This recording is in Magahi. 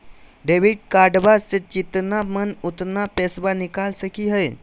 डेबिट कार्डबा से जितना मन उतना पेसबा निकाल सकी हय?